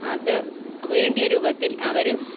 അത് വേണ്ടിയ രൂപത്തിൽ അവർ